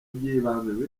by’ibanze